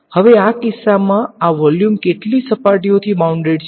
હવે આ કિસ્સામાં આ વોલ્યુમ કેટલી સપાટીઓથી બાઉંડેડ છે